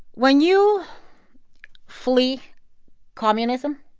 when you flee communism,